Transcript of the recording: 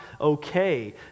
okay